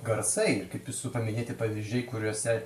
garsai kaip jūsų paminėti pavyzdžiai kuriuose